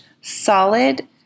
solid